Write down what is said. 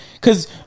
cause